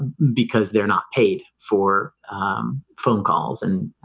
because they're not paid for um phone calls and ah,